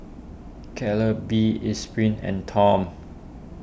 Calbee Esprit and Tom